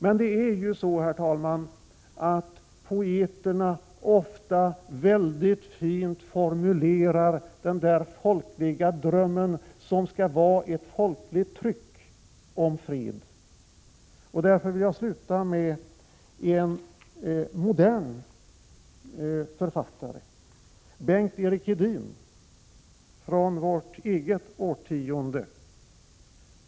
Men, herr talman, poeterna formulerar ofta väldigt fint den där folkliga drömmen om fred. Därför vill jag sluta med en modern författare, Benkt-Erik Hedin, från vårt eget årtionde.